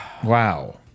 Wow